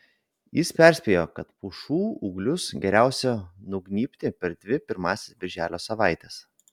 jis perspėjo kad pušų ūglius geriausiai nugnybti per dvi pirmąsias birželio savaites